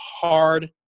hard